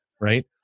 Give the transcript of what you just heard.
Right